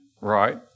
Right